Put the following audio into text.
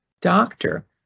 doctor